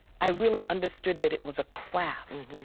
i really understood that it was a craft,